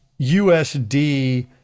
USD